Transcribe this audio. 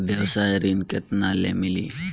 व्यवसाय ऋण केतना ले मिली?